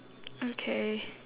okay